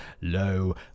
lo